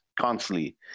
constantly